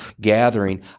gathering